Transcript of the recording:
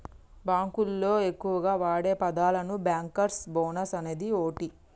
బాంకులోళ్లు ఎక్కువగా వాడే పదాలలో బ్యాంకర్స్ బోనస్ అనేది ఓటి